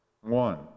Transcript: One